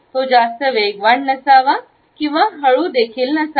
तो जास्त वेगवान नसावा किंवा हळू देखील नसावा